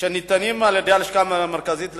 שניתנים על-ידי הלשכה המרכזית לסטטיסטיקה,